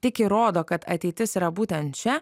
tik įrodo kad ateitis yra būtent čia